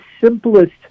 simplest